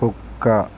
కుక్క